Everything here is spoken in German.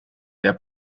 der